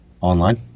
online